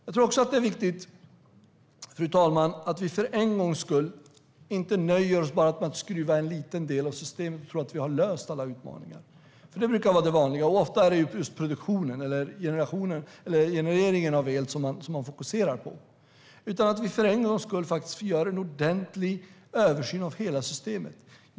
Jag tror att det är viktigt, fru talman, att vi inte nöjer oss med att bara skruva i en liten del av systemet och tro att vi har löst alla utmaningar - det brukar vara det vanliga, att man ofta fokuserar på just genereringen av el - utan att vi för en gångs skull faktiskt gör en ordentlig översyn av hela systemet.